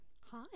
Hi